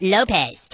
Lopez